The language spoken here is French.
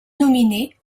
nominés